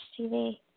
TV